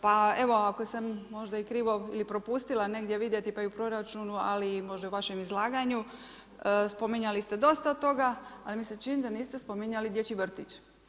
Pa evo, ako sam možda krivo ili propustila negdje vidjeti, pa i u proračunu, ali možda i u vašem izlaganju, spominjali ste dosta toga, ali mi se čini da niste spominjali dječji vrtić.